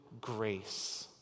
grace